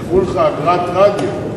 ייקחו לך אגרת רדיו.